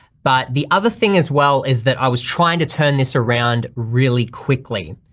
but the other thing as well is that i was trying to turn this around really quickly.